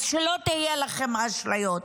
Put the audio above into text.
אז שלא יהיו לכם אשליות,